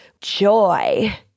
joy